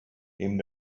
neben